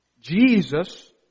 Jesus